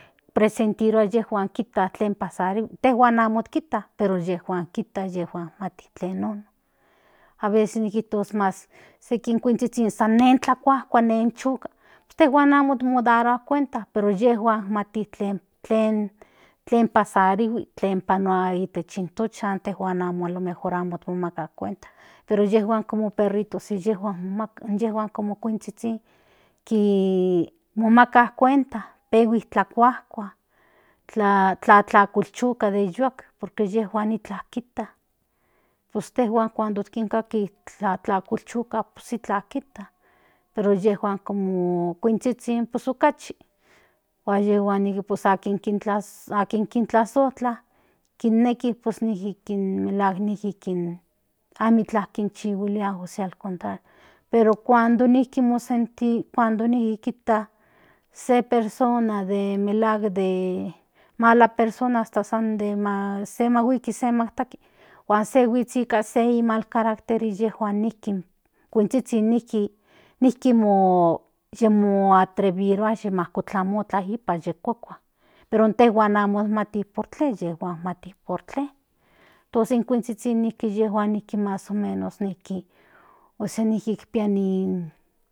Presentirua tlen kinpasarihui intejuan intejuan amo kijta pero inyejuan kijta intejuan mati tlen nono aveces nikito mas seki kuinzhizhin san nen tlakuajkua nen choka intejuan modarua cuenta pero inyejuan mati teln pasarihui tlen panua itech in tochan intejuan alo mejor amo momaka cuenta pero inyejuan inyejuan como perritos inyejuan como kuinzhizhin momaka cuenta pehui tlakuajkua tlakokolchioka den yoatl por que inyejuan itlan kijta intejuan cuando kaki choka itlan kijta pero inyejuan como kuinzhizhin pues itlan kaki huan yejuan nijki cuando kintlazojtlakineki pues nijki melahuak kin amikla kinchihuilia pues al contrario pero cuando nijki kijta se persona de melahuak de mala persona mas de se mahuiki se majtati huan se huits nikan se mal karakter inyejuan nijki kuinzhizhin nijki nijki yimoatreverua majtlatlamoka ipan kuakua pero intejuan amo mati por tle inyejuan mati por que tonces in kuinzhizhin mas omenos ósea nijki pia ni